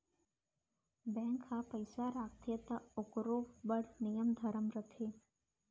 bank ह पइसा राखथे त ओकरो बड़ नियम धरम रथे